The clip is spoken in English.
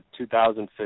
2015